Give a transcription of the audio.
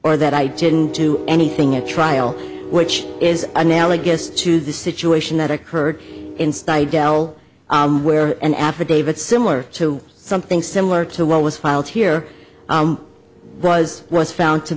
or that i didn't do anything at trial which is analogous to the situation that occurred inside dell where an affidavit similar to something similar to what was filed here was was found to